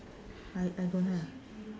I I don't have